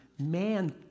man